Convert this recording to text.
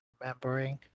remembering